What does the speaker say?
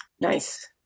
Nice